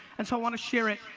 and so i want to share it.